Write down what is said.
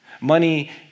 Money